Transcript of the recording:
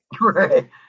Right